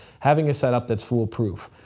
having a setup that's foolproof.